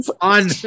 on